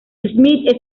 smith